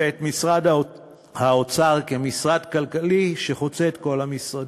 ואת משרד האוצר כמשרד כלכלי שחוצה את כל המשרדים.